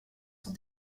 son